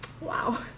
wow